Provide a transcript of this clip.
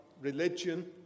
religion